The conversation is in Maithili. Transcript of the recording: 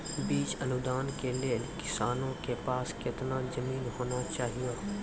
बीज अनुदान के लेल किसानों के पास केतना जमीन होना चहियों?